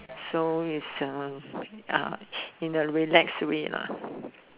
so is uh uh in a relax way lah